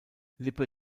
lippe